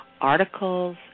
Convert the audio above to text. articles